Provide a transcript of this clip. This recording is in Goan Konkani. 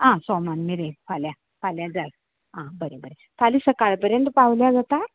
आं सोमार मेरेन फाल्यां फाल्यां जाय आं बरें बरें फाल्यां सकाळीं पऱ्यांत पावल्यार जाता